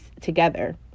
together